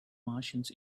martians